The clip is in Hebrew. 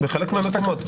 בחלק מהמקומות.